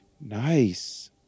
Nice